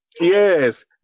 yes